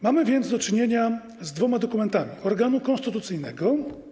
Mamy więc do czynienia z dwoma dokumentami organu konstytucyjnego.